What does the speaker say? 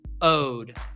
ode